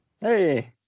hey